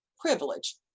privilege